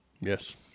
Yes